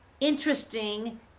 interesting